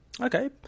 Okay